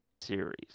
series